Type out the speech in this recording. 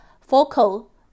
focal